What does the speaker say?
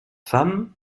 femme